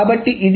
కాబట్టి ఇది